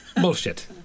bullshit